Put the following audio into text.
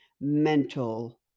mental